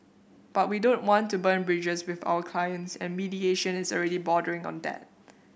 but we don't want to burn bridges with our clients and mediation is already bordering on that